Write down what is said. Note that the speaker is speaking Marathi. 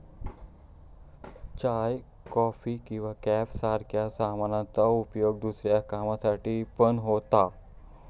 चाय, कॉफी किंवा कॅरब सारख्या सामानांचा उपयोग दुसऱ्या कामांसाठी पण होता